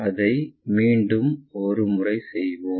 அதை மீண்டும் ஒரு முறை செய்வோம்